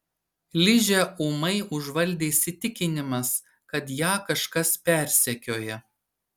ližę ūmai užvaldė įsitikinimas kad ją kažkas persekioja